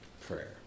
prayer